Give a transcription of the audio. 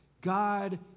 God